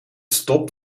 stopt